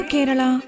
Kerala